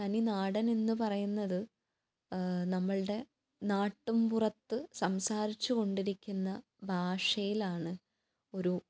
തനി നാടൻ എന്ന് പറയുന്നത് നമ്മുടെ നാട്ടുമ്പുറത്ത് സംസാരിച്ച് കൊണ്ടിരിക്കുന്ന ഭാഷയിലാണ് ഒരു